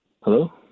Hello